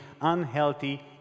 unhealthy